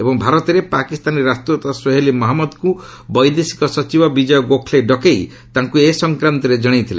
ଏବଂ ଭାରତରେ ପାକିସ୍ତାନୀ ରାଷ୍ଟ୍ରଦୂତ ସୋହେଲି ମହମ୍ମଦଙ୍କୁ ବୈଦେଶିକ ସଚିବ ବିଜୟ ଗୋଖଲେ ଡକାଇ ତାଙ୍କୁ ଏ ସଂକ୍ରାନ୍ତରେ ଜଣାଇଥିଲେ